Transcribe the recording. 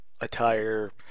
attire